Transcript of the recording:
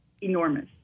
enormous